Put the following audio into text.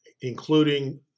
including